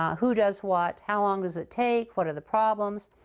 um who does what? how long does it take? what are the problems?